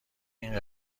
این